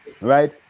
right